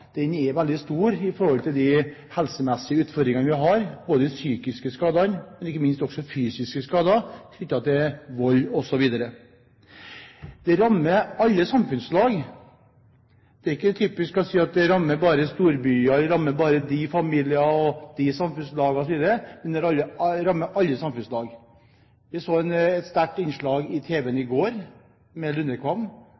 de helsemessige utfordringene vi har, både de psykiske skadene og ikke minst de fysiske skadene knyttet til vold, osv. Det rammer alle samfunnslag. Man kan ikke si at det rammer bare storbyer eller bare enkelte familier, det rammer alle samfunnslag. Vi så et sterkt innslag om Lundekvam på tv i går, og det er i alle